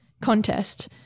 contest